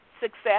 success